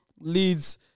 leads